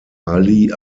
ali